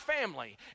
family